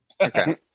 Okay